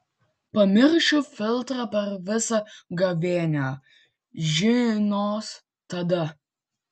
pamiršiu flirtą per visą gavėnią žinos tada